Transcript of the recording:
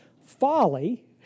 Folly